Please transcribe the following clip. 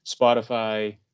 Spotify